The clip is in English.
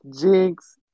Jinx